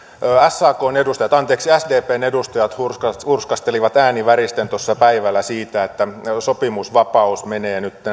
sakn edustajat anteeksi sdpn edustajat hurskastelivat ääni väristen tuossa päivällä sitä että sopimusvapaus menee nyt